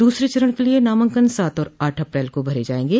दूसरे चरण के लिए नामांकन सात और आठ अप्रैल को भरे जायेंगे